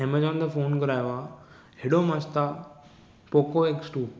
Amazon तां phone घुरायो आहे हेॾो मस्तु आहे पोकोएक्स टू